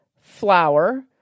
flour